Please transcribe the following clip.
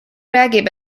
räägib